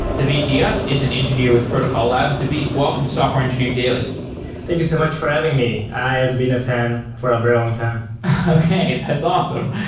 david dias is an engineer with protocol labs. david, welcome to software engineering daily thank you so much for having me. i have been a fan for a very long time okay, that's awesome.